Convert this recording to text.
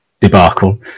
debacle